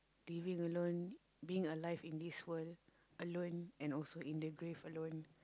living alone being alive in this world alone and also in the grave alone